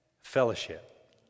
fellowship